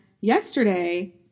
yesterday